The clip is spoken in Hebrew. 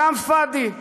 כלאם פאדי.